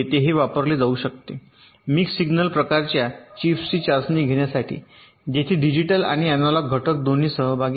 हे वापरले जाऊ शकते मिक्स सिग्नल प्रकारच्या चिप्सची चाचणी घेण्यासाठी जिथे डिजिटल आणि अॅनालॉग घटक दोन्ही सहभागी आहेत